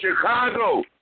Chicago